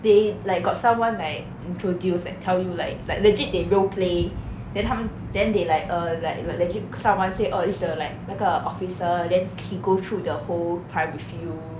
they like got someone like introduce like tell you like like legit they role play then 他们 then they like a like legit someone say orh it's the like 那个 officer then he go through the whole time with you